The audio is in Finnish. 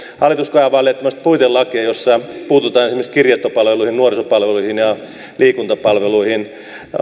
hallitus kaavailee tämmöistä puitelakia jossa puututaan esimerkiksi kirjastopalveluihin nuorisopalveluihin ja liikuntapalveluihin